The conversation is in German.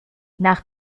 nach